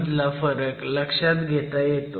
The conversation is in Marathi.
मधला फरक लक्षात घेता येतो